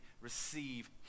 receive